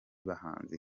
bahanzi